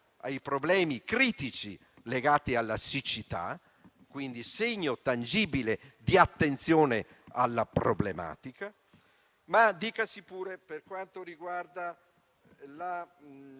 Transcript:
ai problemi critici legati alla siccità, segno tangibile di attenzione alla problematica. Lo stesso si può dire per quanto riguarda le